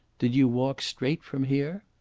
did you walk straight from here?